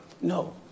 No